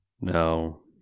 No